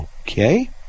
Okay